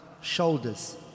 shoulders